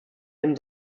den